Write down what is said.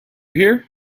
here